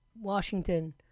Washington